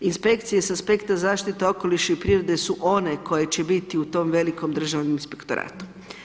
Inspekcije sa aspekta zaštite okoliša i prirode su one koje će biti u tom velikom Državnom inspektoratu.